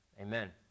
Amen